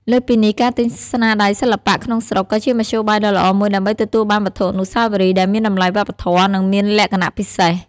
លើសពីនេះ ការទិញស្នាដៃសិល្បៈក្នុងស្រុកក៏ជាមធ្យោបាយដ៏ល្អមួយដើម្បីទទួលបានវត្ថុអនុស្សាវរីយ៍ដែលមានតម្លៃវប្បធម៌ និងមានលក្ខណៈពិសេស។